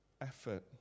effort